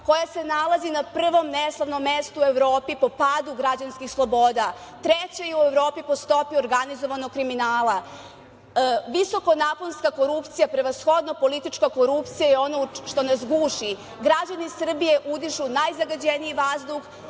koja se nalazi na prvom neslavnom mestu u Evropi po padu građanskih sloboda. Treća je u Evropi po stopi organizovanog kriminala. Visoko naponska korupcija, prevashodno politička korupcija je ono što nas guši. Građani Srbije udišu najzagađeniji vazduh